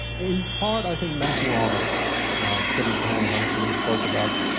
in part, i think matthew arnold put his hands on it when he spoke about